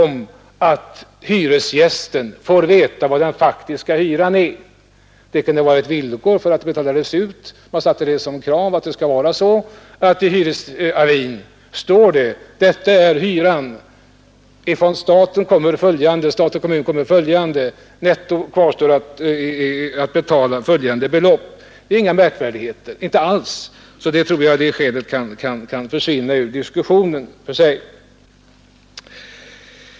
Man kunde som villkor för utbetalning sätta att hyresgästen på hyresavin får veta: Detta belopp är hyran, ifrån staten och eventuellt kommunen kommer följande bidrag, netto att betala är följande belopp. Det är ju inga märkvärdigheter, och det skälet tycker jag kan försvinna ur diskussionen.